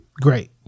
great